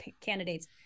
candidates